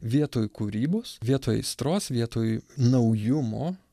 vietoj kūrybos vietoj aistros vietoj naujumo